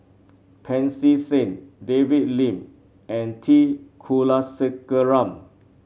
Pancy Seng David Lim and T Kulasekaram